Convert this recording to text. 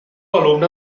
alumne